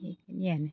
बियानो